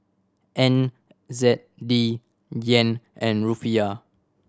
N Z D Yen and Rufiyaa